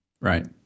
Right